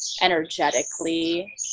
energetically